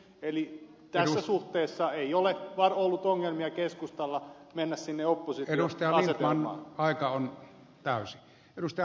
eli tässä suhteessa ei ole ollut ongelmia keskustalla mennä sinne upposi edustajaa sekä aika on täysin oppositioasetelmaan